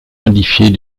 modifiée